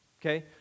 Okay